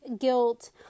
guilt